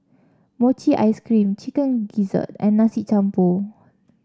Mochi Ice Cream Chicken Gizzard and Nasi Campur